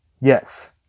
yes